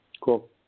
Cool